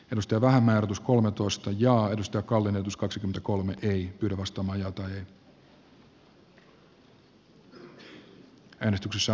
ystävämme ehdotus kolmentoista johdosta kallonen s kaksikymmentäkolme jari lindström maria lohelan kannattamana